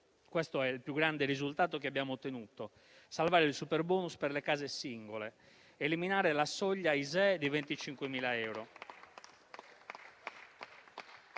questo è il più grande risultato che abbiamo ottenuto: salvare il superbonus per le case singole, eliminare la soglia ISEE di 25.000 euro